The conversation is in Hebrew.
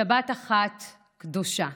שבת אחת קדושה,